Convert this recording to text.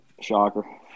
Shocker